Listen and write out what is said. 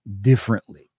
differently